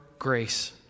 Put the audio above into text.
grace